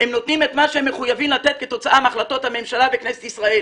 הם נותנים את מה שהם מחויבים לתת כתוצאה מהחלטות הממשלה וכנסת ישראל.